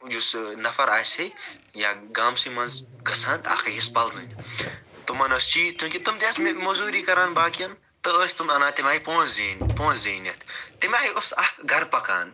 یُس ٲں نَفر آسہِ ہے یا گامسٕے منٛز گژھان تہٕ اکھ أکِس پَلزٕنۍ تِمن حظ چھُ یہِ تہٕ تِم تہِ ٲسۍ مزوٗری کران باقٕین تہٕ ٲسۍ تِم اَنان تِمٔے پونٛسہٕ زیٖنہِ پونٛسہٕ زیٖنِتھ تِمَے اوس اکھ گھرٕ پَکان